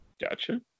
gotcha